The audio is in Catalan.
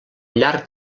llarg